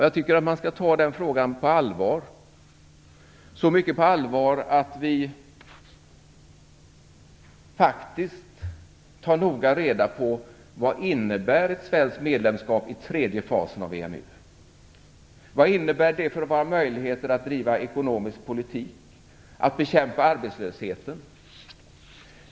Jag tycker man skall ta den frågan så mycket på allvar att vi tar noga reda på vad ett svenskt medlemskap i tredje fasen av EMU innebär. Vad innebär det för våra möjligheter att driva ekonomisk politik, att bekämpa arbetslösheten?